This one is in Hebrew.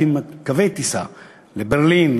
להקים קווי טיסה לברלין,